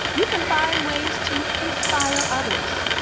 you can find ways to inspire others.